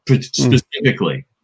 specifically